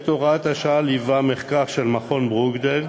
את הוראת השעה ליווה מחקר של מכון ברוקדייל,